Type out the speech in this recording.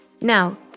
Now